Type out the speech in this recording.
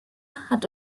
hat